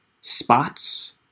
spots